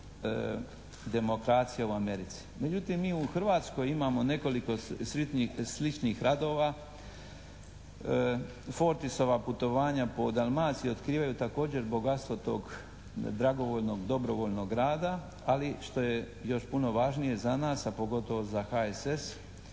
demokracije u Americi. Međutim mi u Hrvatskoj imamo nekoliko sličnih radova. Fortisova putovanja po Dalmaciji otkrivaju također bogatstvo tog dragovoljnog, dobrovoljnog rada, ali što je još puno važnije za nas, a pogotovo za HNS